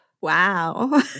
Wow